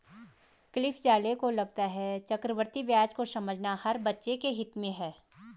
Cliff ज़ाले को लगता है चक्रवृद्धि ब्याज को समझना हर बच्चे के हित में है